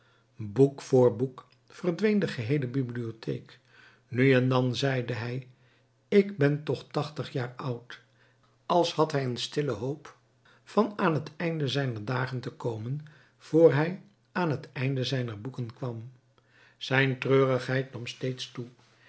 boek voor boek verdween de geheele bibliotheek nu en dan zeide hij ik ben toch tachtig jaar oud als had hij een stille hoop van aan het einde zijner dagen te komen vr hij aan het einde zijner boeken kwam zijn treurigheid nam steeds toe